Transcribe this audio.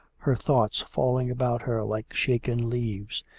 her thoughts falling about her like shaken leaves.